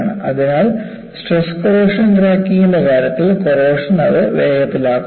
അതിനാൽ stress corrosion ക്രാക്കിംഗിന്റെ കാര്യത്തിൽ കോറോഷൻ അത് വേഗത്തിലാക്കുന്നു